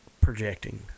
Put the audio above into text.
projecting